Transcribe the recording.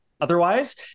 otherwise